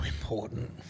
important